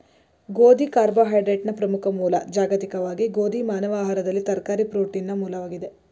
ಗೋಧಿ ಕಾರ್ಬೋಹೈಡ್ರೇಟ್ನ ಪ್ರಮುಖ ಮೂಲ ಜಾಗತಿಕವಾಗಿ ಗೋಧಿ ಮಾನವ ಆಹಾರದಲ್ಲಿ ತರಕಾರಿ ಪ್ರೋಟೀನ್ನ ಮೂಲವಾಗಿದೆ